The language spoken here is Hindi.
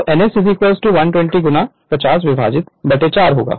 तो ns 120 50 विभाजित 4होगा